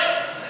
תפטר את היועץ.